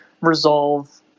resolve